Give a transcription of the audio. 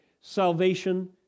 Salvation